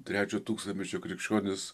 trečio tūkstantmečio krikščionys